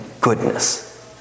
goodness